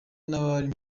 n’abari